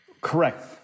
Correct